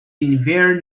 very